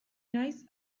naiz